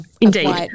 Indeed